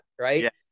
right